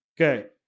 Okay